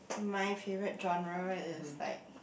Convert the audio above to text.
my favourite genre is like